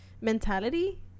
mentality